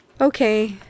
Okay